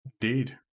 Indeed